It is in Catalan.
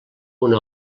una